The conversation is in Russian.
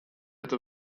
это